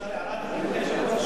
אפשר הערה, גברתי היושבת-ראש?